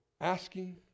asking